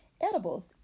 Edibles